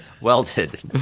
Welded